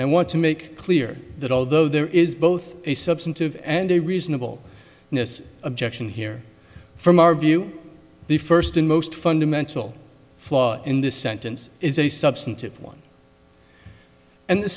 and want to make clear that although there is both a substantive and a reasonable objection here from our view the first and most fundamental flaw in this sentence is a substantive one and the